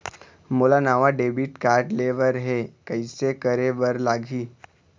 मोला नावा debit card लेबर हे, कइसे करे बर लगही?